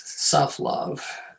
self-love